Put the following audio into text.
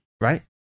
Right